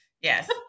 yes